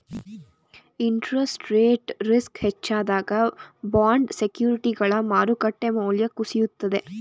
interest rate risk ಹೆಚ್ಚಾದಾಗ bond ಸೆಕ್ಯೂರಿಟಿಗಳ ಮಾರುಕಟ್ಟೆ ಮೌಲ್ಯ ಕುಸಿಯುತ್ತದೆ